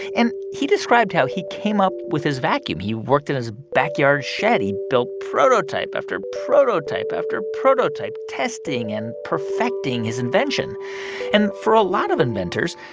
and he described how he came up with his vacuum. he worked in his backyard shed. he built prototype after prototype after prototype, testing and perfecting his invention and for a lot of inventors,